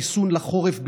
זה חיסון לחורף בלבד.